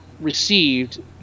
received